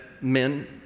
men